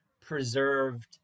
preserved